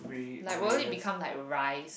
like will it become like rice